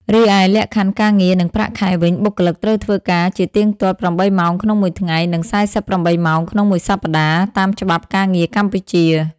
រីឯលក្ខខណ្ឌការងារ និងប្រាក់ខែវិញបុគ្គលិកត្រូវធ្វើការជាទៀងទាត់ ៨ម៉ោង ក្នុងមួយថ្ងៃ និង ៤៨ម៉ោង ក្នុងមួយសប្តាហ៍ តាមច្បាប់ការងារកម្ពុជា។